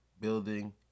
building